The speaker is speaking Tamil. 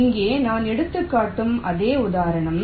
எனவே நான் எடுக்கும் அதே உதாரணம்